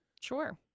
Sure